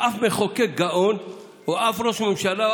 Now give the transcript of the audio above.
שאף מחוקק גאון או אף ראש ממשלה,